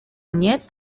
mnie